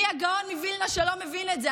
מי הגאון מווילנה שלא מבין את זה?